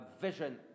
vision